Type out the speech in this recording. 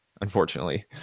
unfortunately